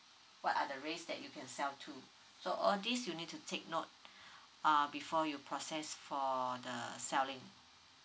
what are the race that you can sell to so all these you need to take note uh before you process for the selling